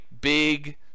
big